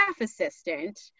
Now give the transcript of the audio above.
assistant